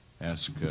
ask